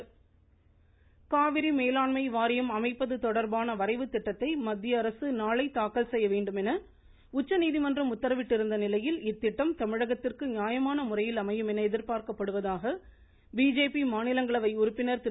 ராமதாஸ் காவிரி மேலாண்மை வாரியம் அமைப்பது தொடர்பான வரைவு திட்டத்தை மத்திய அரசு நாளை தாக்கல் செய்ய வேண்டும் உச்சநீதிமன்றம் உத்தரவிட்டிருந்த நிலையில் இத்திட்டம் தமிழகத்திற்கு நியாயமான முறையில் அமையும் என்று எதிர்பார்க்கப்படுவதாக பிஜேபி மாநிலங்களவை உறுப்பினர் திரு